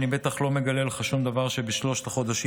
אני בטח לא מגלה לך שום דבר שבשלושת החודשים